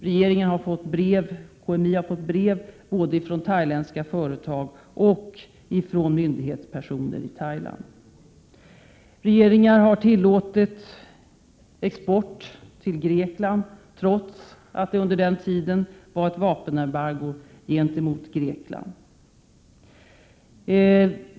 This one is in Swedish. KMI har fått brev både från thailändska företag och från myndighetspersoner i Thailand. Regeringar har tillåtit export till Grekland under den tid då det var ett vapenembargo gentemot Grekland.